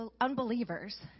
unbelievers